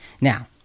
Now